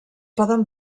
poden